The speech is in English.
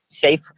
Safe